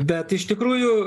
bet iš tikrųjų